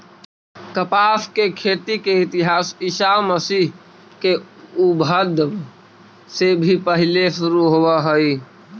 कपास के खेती के इतिहास ईसा मसीह के उद्भव से भी पहिले शुरू होवऽ हई